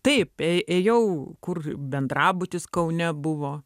taip ė ėjau kur bendrabutis kaune buvo